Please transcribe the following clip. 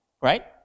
right